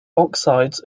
oxides